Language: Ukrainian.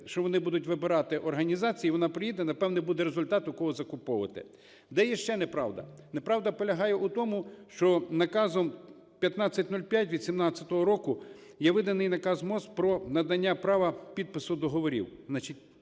що вони будуть вибирати організації, вона приїде – і, напевно, буде результат, у кого закуповувати. Де є ще неправда? Неправда полягає у тому, що Наказом 1505 від 17-го року, є виданий Наказ МОЗ про надання права підпису договорів.